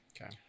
Okay